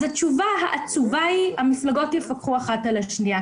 אז התשובה העצובה היא: המפלגות יפקחו אחת על השנייה.